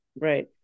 right